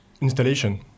installation